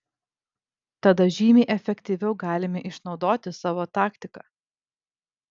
tada žymiai efektyviau galime išnaudoti savo taktiką